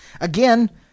Again